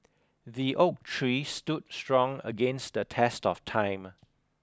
the oak tree stood strong against the test of time